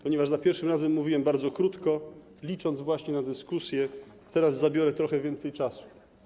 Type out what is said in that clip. Ponieważ za pierwszym razem mówiłem bardzo krótko, licząc właśnie na dyskusję, teraz zabiorę trochę więcej czasu.